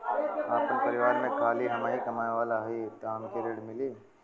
आपन परिवार में खाली हमहीं कमाये वाला हई तह हमके ऋण मिली?